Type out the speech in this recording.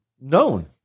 known